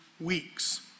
weeks